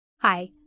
Hi